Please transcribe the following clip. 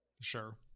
Sure